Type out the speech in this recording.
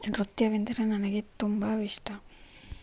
ನೃತ್ಯವೆಂದರೆ ನನಗೆ ತುಂಬ ಇಷ್ಟ